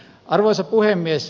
arvoisa puhemies